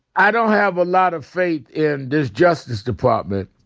i don't have a lot of faith in this justice department.